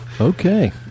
Okay